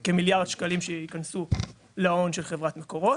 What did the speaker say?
של כמיליארד שקלים שייכנסו להון של חברת מקורות.